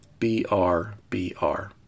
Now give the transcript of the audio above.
BRBR